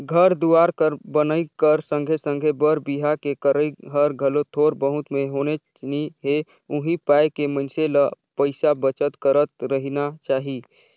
घर दुवार कर बनई कर संघे संघे बर बिहा के करई हर घलो थोर बहुत में होनेच नी हे उहीं पाय के मइनसे ल पइसा बचत करत रहिना चाही